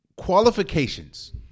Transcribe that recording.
Qualifications